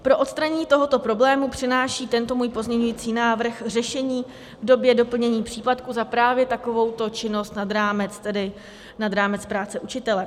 Pro odstranění tohoto problému přináší tento můj pozměňovací návrh řešení v podobě doplnění příplatku za právě takovouto činnost nad rámec práce učitele.